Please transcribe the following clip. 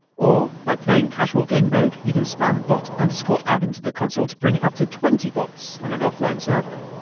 or, by playing casual gamemode you can spam bot and add into the console to bring it up to twenty bots on an offline server.